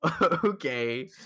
okay